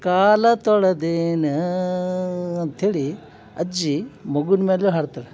ಕಾಲು ತೊಳೆದೇನ ಅಂತ ಹೇಳಿ ಅಜ್ಜಿ ಮಗುನ ಮ್ಯಾಲೂ ಹಾಡ್ತಾಳ